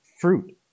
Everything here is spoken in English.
fruit